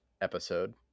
episode